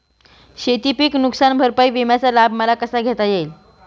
शेतीपीक नुकसान भरपाई विम्याचा लाभ मला कसा घेता येईल?